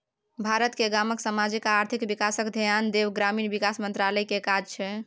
भारत केर गामक समाजिक आ आर्थिक बिकासक धेआन देब ग्रामीण बिकास मंत्रालय केर काज छै